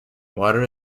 water